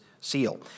seal